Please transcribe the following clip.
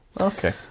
Okay